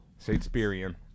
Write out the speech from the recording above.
Shakespearean